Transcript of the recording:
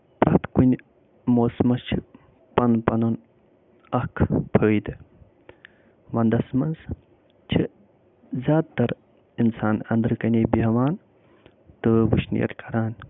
پرٛٮ۪تھ کُنہِ موسمس چھِ پنُن پنُن اکھ فٲیدٕ ونٛدس منٛز چھِ زیادٕ تر اِنسان انٛدرٕ کَنے بیٚہوان تہٕ وٕشنیر کَران